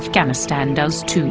afghanistan does to